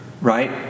right